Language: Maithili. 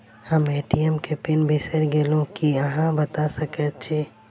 हम ए.टी.एम केँ पिन बिसईर गेलू की अहाँ बता सकैत छी?